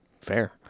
Fair